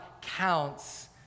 counts